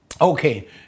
Okay